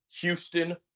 Houston